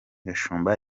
gashumba